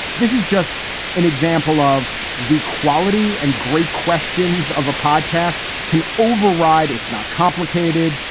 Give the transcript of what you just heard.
this is just an example of the quality and great questions of a podcast can override. it's not complicated.